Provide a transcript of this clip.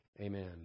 Amen